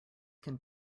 can